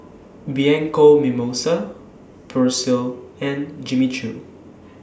Bianco Mimosa Persil and Jimmy Choo